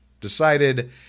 decided